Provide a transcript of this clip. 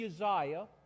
Uzziah